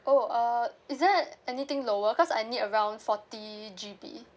oh uh is there anything lower cause I need around forty G_B